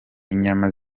inyama